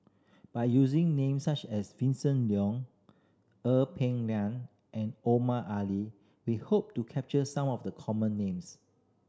by using names such as Vincent Leow Ee Peng Liang and Omar Ali we hope to capture some of the common names